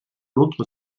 l’autre